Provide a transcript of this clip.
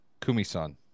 Kumisan